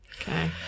Okay